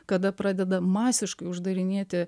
kada pradeda masiškai uždarinėti